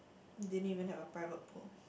didn't even have a private pool